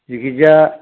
जिखिजाया